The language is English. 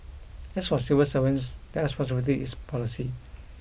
as for civil servants their responsibility is policy